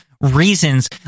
reasons